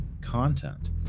content